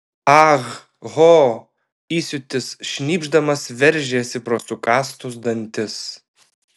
ah ho įsiūtis šnypšdamas veržėsi pro sukąstus dantis